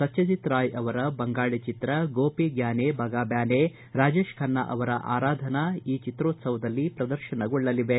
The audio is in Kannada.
ಸತ್ಯಜಿತ್ರಾಯ್ ಅವರ ಬಂಗಾಳಿ ಚಿತ್ರ ಗೋಪಿ ಗ್ಯಾನೆ ಬಗಾ ಬ್ಯಾನೆ ರಾಜೇಶ ಖನ್ನಾ ಅವರ ಆರಾಧನಾ ಈ ಚಿತ್ರೋತ್ಸವದಲ್ಲಿ ಪ್ರದರ್ಶನಗೊಳ್ಳಲಿವೆ